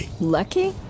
Lucky